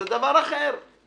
זה מתוך דאגה,